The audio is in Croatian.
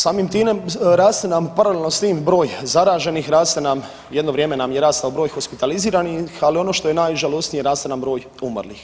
Samim time raste nam paralelno s tim broj zaraženih, raste nam, jedno vrijeme nam je rastao broj hospitaliziranih, ali ono što je najžalosnije, raste nam broj umrlih.